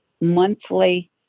monthly